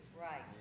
Right